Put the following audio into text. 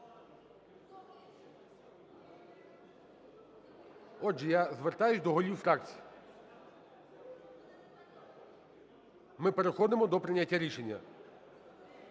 Отже я звертаюсь до голів фракцій: ми переходимо до прийняття рішення.